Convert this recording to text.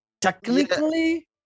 technically